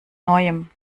neuem